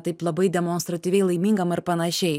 taip labai demonstratyviai laimingam ar panašiai